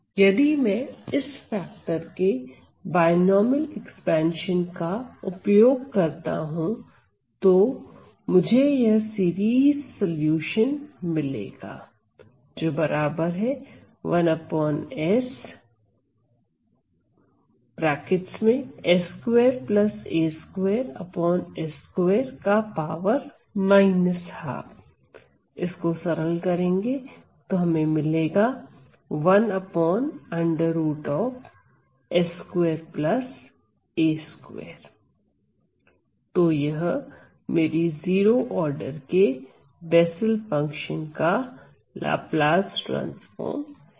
यदि मैं इस फैक्टर के बायनॉमिनल एक्सपेंशन का उपयोग करता हूं तो मुझे यह सीरीज सलूशन मिलेगा तो यह मेरी जीरो ऑर्डर के बेसल फंक्शन Bessels function का लाप्लास ट्रांसफार्म है